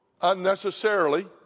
unnecessarily